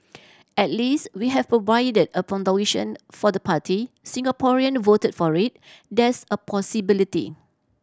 at least we have provided a foundation for the party Singaporean voted for it there's a possibility